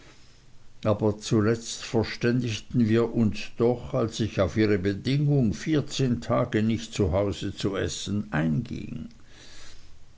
aber zuletzt verständigten wir uns doch als ich auf ihre bedingung vierzehn tage nicht zu hause zu essen einging